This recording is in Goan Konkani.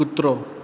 कुत्रो